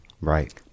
Right